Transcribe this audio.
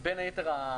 בין היתר,